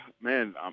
man